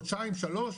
חודשיים שלוש?